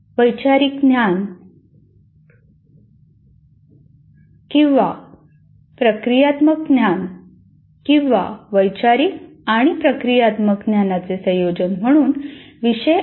वैचारिक ज्ञान किंवा प्रक्रियात्मक ज्ञान किंवा वैचारिक आणि प्रक्रियात्मक ज्ञानाचे संयोजन म्हणून विषय आयोजित केला जाऊ शकतो